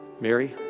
Mary